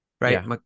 right